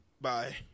Bye